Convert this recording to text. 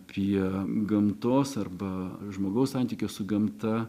prie gamtos arba žmogaus santykio su gamta